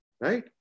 Right